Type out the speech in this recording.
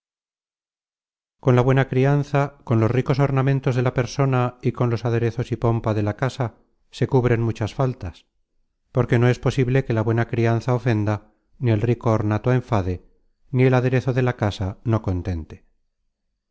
con la buena crianza con los ricos ornamentos de la persona y con los aderezos y pompa de la casa se cubren muchas faltas porque no es posible que la buena crianza ofenda ni el rico ornato enfade ni el aderezo de la casa no contente